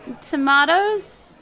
tomatoes